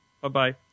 bye-bye